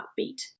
upbeat